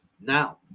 Now